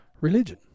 religion